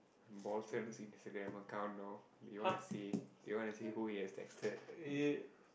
Instagram account know you want to see you want to see who he has texted